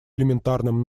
элементарным